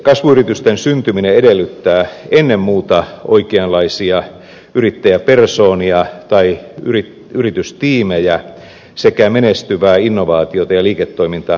kasvuyritysten syntyminen edellyttää ennen muuta oikeanlaisia yrittäjäpersoonia tai yritystiimejä sekä menestyvää innovaatiota ja liiketoimintamallia